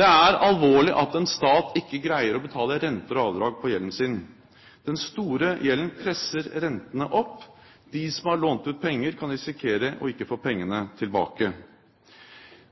Det er alvorlig at en stat ikke greier å betale renter og avdrag på gjelden sin. Den store gjelden presser rentene opp. De som har lånt ut penger, kan risikere å ikke få pengene tilbake.